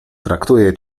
traktuję